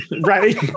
right